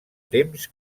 temps